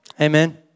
Amen